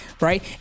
right